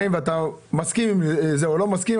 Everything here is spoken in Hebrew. אתה מסכים או לא מסכים,